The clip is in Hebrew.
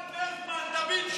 רק עוד דבר אחד אני אענה לו.